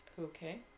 Okay